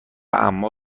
اما